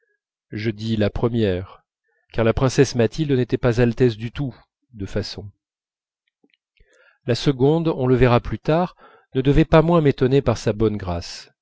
je dis la première car la princesse mathilde n'était pas altesse du tout de façons la seconde on le verra plus tard ne devait pas moins m'étonner par sa bonne grâce